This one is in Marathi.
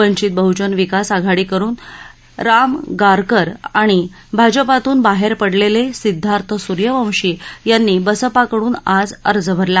वंचित बहुजन विकास आघाडीकडुन राम गारकर आणि भाजपातून बाहेर पडलेले सिद्धार्थ सूर्यवंशी यांनी बसपा कडुन आज अर्ज भरला